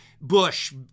Bush